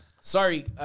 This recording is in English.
Sorry